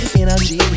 energy